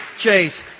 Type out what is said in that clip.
Chase